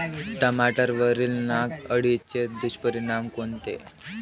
टमाट्यावरील नाग अळीचे दुष्परिणाम कोनचे?